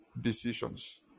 decisions